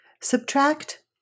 subtract